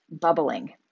bubbling